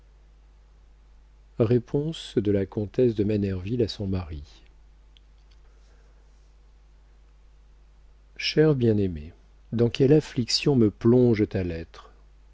de la comtesse de manerville à son mari cher bien-aimé dans quelle affliction me plonge ta lettre